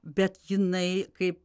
bet jinai kaip